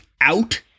out